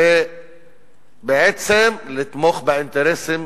זה בעצם לתמוך באינטרסים